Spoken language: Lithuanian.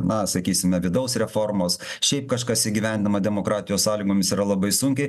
na sakysime vidaus reformos šiaip kažkas įgyvendinama demokratijos sąlygomis yra labai sunkiai